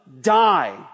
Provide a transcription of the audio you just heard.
die